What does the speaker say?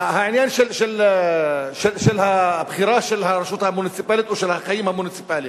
העניין של הבחירה של הרשות המוניציפלית או של החיים המוניציפליים.